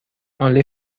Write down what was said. only